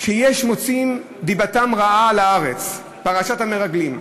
שיש מוציאים דיבתם רעה על הארץ, פרשת המרגלים,